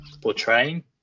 portraying